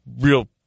real